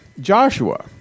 Joshua